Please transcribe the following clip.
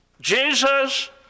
Jesus